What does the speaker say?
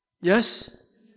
Yes